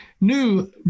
new